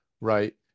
right